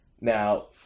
Now